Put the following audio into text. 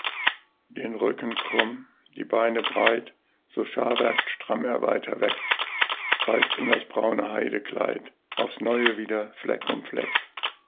den rücken krumm die beine breit so scharwerkt stramm er weiter weg reißt in das braune heidekleid aufs neue wieder